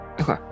Okay